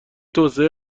توسعه